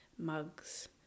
mugs